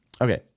Okay